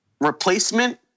replacement